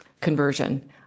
conversion